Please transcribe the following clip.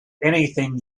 anything